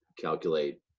calculate